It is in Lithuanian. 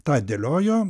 tą dėliojo